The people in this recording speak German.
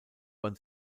bahn